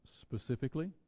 specifically